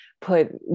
put